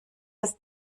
ist